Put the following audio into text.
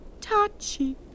touchy